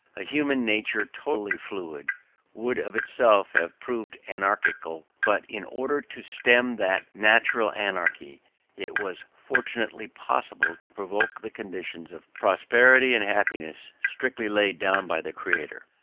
a human nature totally fluid would of itself have proved anarchical but in order to stem that natural anarchy it was fortunately possible to invoke the conditions of prosperity and happiness strictly laid down by the creator.